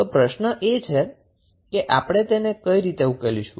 તો પ્રશ્ન એ છે કે આપણે તેને કઈ રીતે ઉકેલીશું